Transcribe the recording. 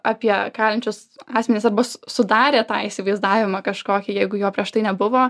apie kalinčius asmenis arba su sudarė tą įsivaizdavimą kažkokį jeigu jo prieš tai nebuvo